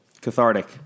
Cathartic